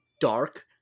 dark